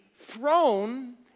throne